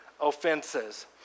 offenses